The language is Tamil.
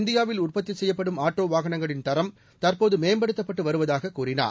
இந்தியாவில் உற்பத்தி செய்யப்படும் ஆட்டோ வாகனங்களின் தரம் தற்போது மேம்படுத்தப்பட்டு வருவதாக கூறினார்